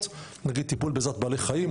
טיפול בעזרת בעלי חיים,